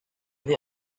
they